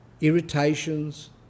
irritations